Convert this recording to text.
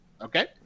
Okay